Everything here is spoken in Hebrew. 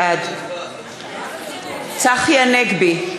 בעד צחי הנגבי,